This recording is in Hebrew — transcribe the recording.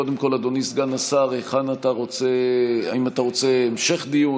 קודם כול, אדוני סגן השר: האם אתה רוצה המשך דיון?